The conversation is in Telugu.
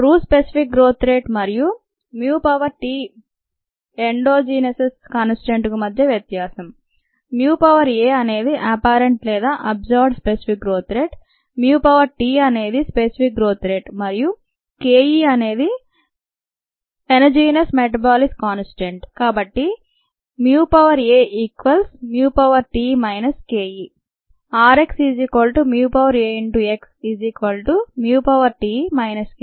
ట్రూ స్పెసిఫిక్ గ్రోత్ రేట్ మరియు μT ఎన్డోజీనస్ కాన్స్టంట్కు మధ్య వ్యత్యాసం μA అనేది అపరెంట్ లేదా అబసర్వడ్ స్పెసిఫిక్ గ్రోత్ రేట్μT అనేది స్పెసిఫిక్ గ్రోత్ రేట్ మరియు ke అనేది ఎనజీనస్ మెటబాలిస్ కాన్స్టం్ కాబట్టి μA equals μT minus ke